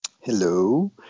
hello